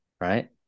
right